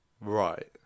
Right